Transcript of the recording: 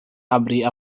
abrir